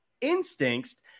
instincts